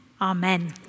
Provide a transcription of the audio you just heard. Amen